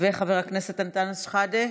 חבר הכנסת אנטאנס שחאדה,